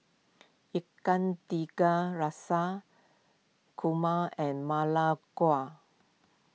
Ikan Tiga Rasa Kurma and Ma Lai Gao